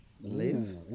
Live